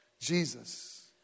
Jesus